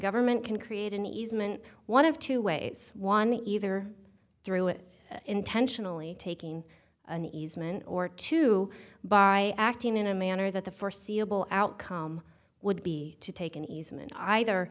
government can create an easement one of two ways one either through it intentionally taking an easement or two by acting in a manner that the foreseeable outcome would be to take an easement either